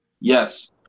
Yes